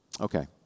Okay